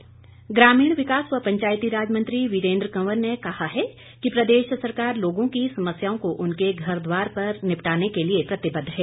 वीरेन्द्र कंवर ग्रामीण विकास व पंचायतीराज मंत्री वीरेन्द्र कंवर ने कहा है कि प्रदेश सरकार लोगों की समस्याओं को उनके घर द्वार पर निपटाने के लिए प्रतिबद्ध है